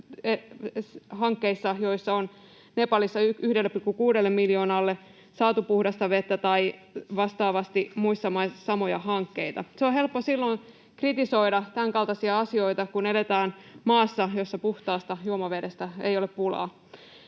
joissa on Nepalissa 1,6 miljoonalle saatu puhdasta vettä, tai että vastaavasti muissa maissa on ollut samoja hankkeita. On helppo silloin kritisoida tämänkaltaisia asioita, kun eletään maassa, jossa puhtaasta juomavedestä ei ole pulaa.